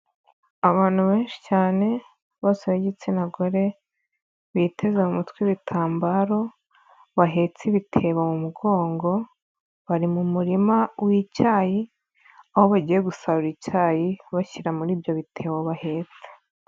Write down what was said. Abantu benshi cyane bose b'igitsina gore biteze mu mutwe ibitambaro bahetse ibitebo mu mugongo, bari mu murima w'icyayi aho bagiye gusarura icyayi bashyira muri ibyo bitebo bahetse.